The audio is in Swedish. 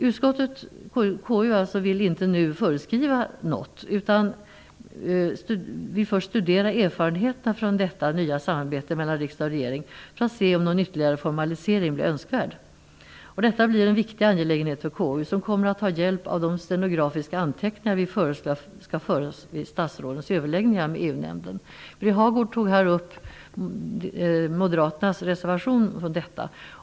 Konstitutionsutskottet vill inte föreskriva något nu utan att först ha studerat erfarenheterna från detta nya samarbete mellan riksdag och regering. Man vill se om någon ytterligare formalisering blir önskvärd. Detta blir en viktig angelägenhet för KU, som kommer att ha hjälp av de stenografiska anteckningar som vi föreslår skall föras vid statsrådens överläggningar med EU-nämnden. Birger Hagård tog här upp moderaternas reservation i anslutning till detta.